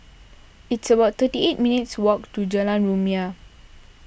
it's about thirty eight minutes' walk to Jalan Rumia